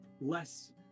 less